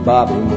Bobby